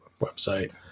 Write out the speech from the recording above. website